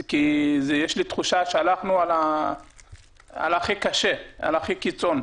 יש לי תחושה שהלכנו על הכי קשה ועל הכי קיצוני.